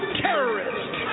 terrorist